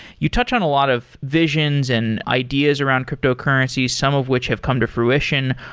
you touched on a lot of visions and ideas around cryptocurrencies, some of which have come to fruition.